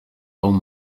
aún